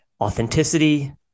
authenticity